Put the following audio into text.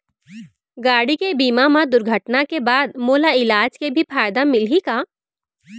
गाड़ी के बीमा मा दुर्घटना के बाद मोला इलाज के भी फायदा मिलही का?